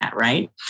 Right